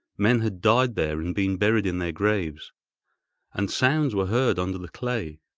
men had died there and been buried in their graves and sounds were heard under the clay,